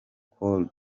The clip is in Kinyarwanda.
call